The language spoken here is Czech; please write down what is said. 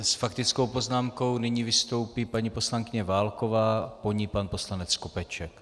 S faktickou poznámkou nyní vystoupí paní poslankyně Válková, po ní pan poslanec Skopeček.